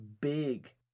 big